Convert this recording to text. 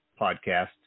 podcast